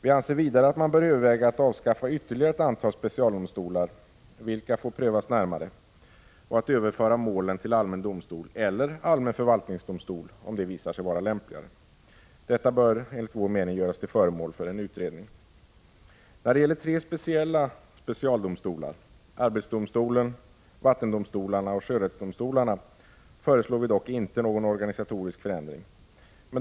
Vi anser vidare att man bör överväga att avskaffa ytterligare ett antal specialdomstolar — vilka får prövas närmare — och överföra målen till allmän domstol eller allmän förvaltningsdomstol om det visar sig vara lämpligare. Detta bör enligt vår mening göras till föremål för en utredning. När det gäller tre specialdomstolar — arbetsdomstolen, vattendomstolarna och sjörättsdomstolarna — föreslås dock ingen organisatorisk förändring.